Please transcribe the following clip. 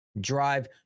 drive